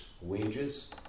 wages